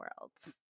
worlds